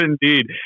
indeed